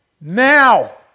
now